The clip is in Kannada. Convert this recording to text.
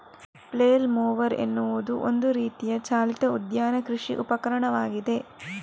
ಫ್ಲೇಲ್ ಮೊವರ್ ಎನ್ನುವುದು ಒಂದು ರೀತಿಯ ಚಾಲಿತ ಉದ್ಯಾನ ಕೃಷಿ ಉಪಕರಣವಾಗಿದೆ